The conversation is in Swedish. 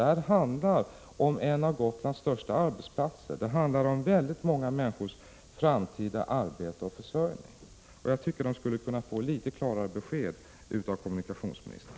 Det handlar här om en av Gotlands största arbetsplatser och om väldigt många människors framtida arbete och försörjning. Jag tycker att de borde kunna få litet klarare besked av kommunikationsministern.